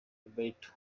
roberto